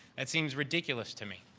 it seems ridiculous to me.